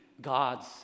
God's